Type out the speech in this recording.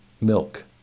milk